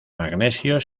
magnesio